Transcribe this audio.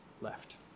left